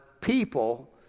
people